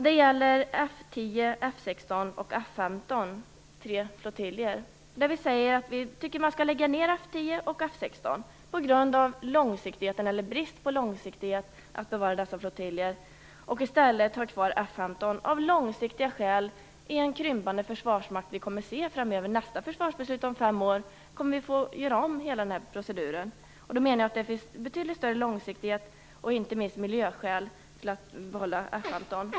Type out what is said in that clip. Det gäller F 10, F 16 och F 15, tre flottiljer. Vi tycker att man skall lägga ned F 10 och F 16 på grund av brist på långsiktighet när det gäller att bevara dessa flottiljer och i stället av långsiktiga skäl ha kvar F 15 i en krympande försvarsmakt. Vid nästa försvarsbeslut, om fem år, kommer vi att få göra om hela den här proceduren. Jag menar att det finns betydligt större långsiktighet i och inte minst miljöskäl för att behålla F 15.